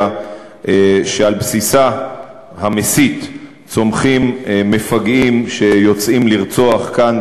שעל בסיסה המסית צומחים מפגעים שיוצאים לרצוח כאן,